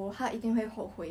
then after that I heard from